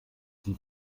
sie